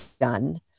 done